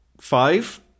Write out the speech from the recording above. Five